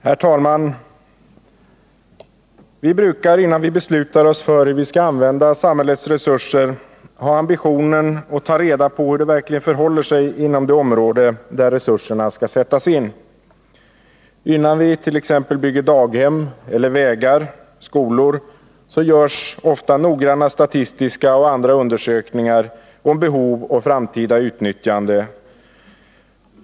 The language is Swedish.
Herr talman! Vi brukar innan vi beslutar oss för hur vi skall använda samhällets resurser ha ambitionen att ta reda på hur det verkligen förhåller sig inom det område där resurserna skall sättas in. Innan vi t.ex. bygger daghem, vägar eller skolor görs ofta noggranna statistiska och andra undersökningar om behov och framtida utnyttjande.